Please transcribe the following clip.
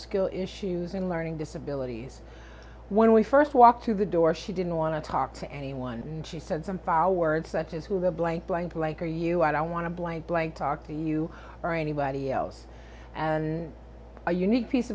skill issues and learning disabilities when we first walked through the door she didn't want to talk to anyone and she said some foul words that is who the blank blank like are you i want to blank blank talk to you or anybody else and our unique piece